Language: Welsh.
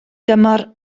dymor